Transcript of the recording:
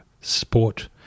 sport